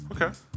Okay